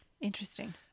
Interesting